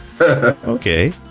Okay